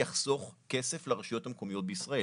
יחסוך כסף לרשויות המקומיות בישראל.